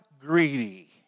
greedy